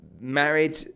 married